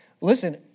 Listen